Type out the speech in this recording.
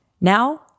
Now